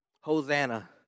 Hosanna